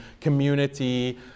community